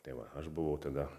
tai va aš buvau tada